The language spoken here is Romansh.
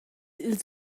ils